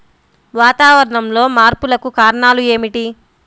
వాతావరణంలో మార్పులకు కారణాలు ఏమిటి?